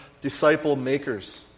disciple-makers